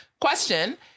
question